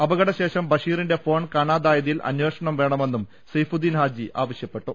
അപകട ശേഷം ബഷീറിന്റെ ഫോൺ കാണാതായതിൽ അന്വേഷണം വേണമെന്നും സെയ്ഫുദ്ദീൻ ഹാജി ആവശ്യപ്പെട്ടു